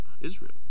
Israel